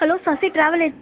hello Sasi travel A